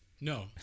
No